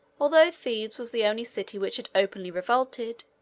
although thebes was the only city which had openly revolted,